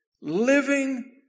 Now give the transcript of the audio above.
living